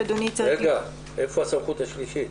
איפה הסמכות השלישית?